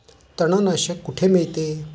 तणनाशक कुठे मिळते?